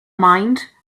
mind